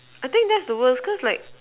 I think that's the worse cause like